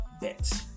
bet